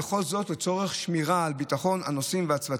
וכל זאת לצורך שמירה על ביטחון הנוסעים והצוותים.